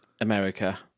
America